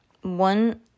One